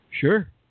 Sure